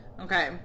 okay